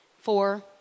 Four